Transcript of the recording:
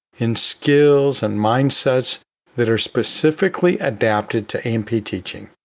in skills and mindsets that are specifically adapted to a and p teaching?